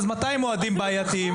אז 200 אוהדים בעייתיים.